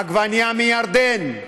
עגבנייה מירדן,